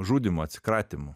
žudymu atsikratymu